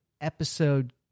episode